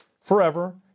forever